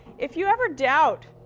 if you ever doubt